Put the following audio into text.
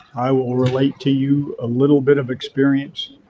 i will relate to you a little bit of experience